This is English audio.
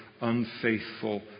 unfaithful